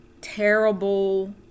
terrible